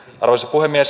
arvoisa puhemies